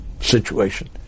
situation